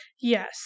Yes